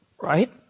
right